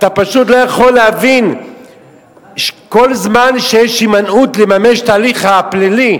אתה פשוט לא יכול להבין שכל זמן שיש הימנעות מלממש את ההליך הפלילי,